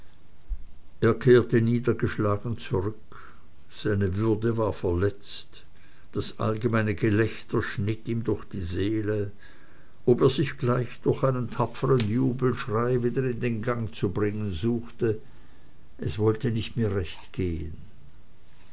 kehrte niedergeschlagen zurück seine würde war verletzt das allgemeine gelächter schnitt ihm durch die seele ob er sich gleich durch einen tapfern juchheschrei wieder in den gang zu bringen suchte es wollte nicht mehr recht gehen